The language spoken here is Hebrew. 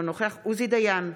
אינו נוכח עוזי דיין,